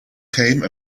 came